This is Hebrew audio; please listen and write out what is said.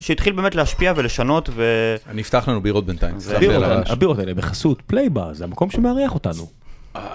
שהתחיל באמת להשפיע ולשנות ו... אני ינפתח לנו בירות בינתיים, הבירות האלה בחסות פלייבז, המקום שמארח אותנו.